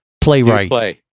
playwright